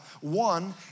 One